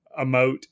emote